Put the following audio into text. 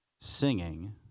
singing